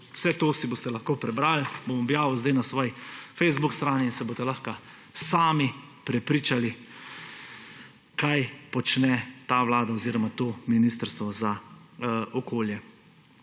Vse to si boste lahko prebrali, bom objavil zdaj na svoji Facebook strani, in se boste lahko sami prepričali, kaj počne ta vlada oziroma to Ministrstvo za okolje.